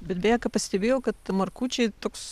bet beje ką pastebėjau kad markučiai toks